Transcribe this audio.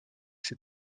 ses